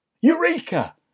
Eureka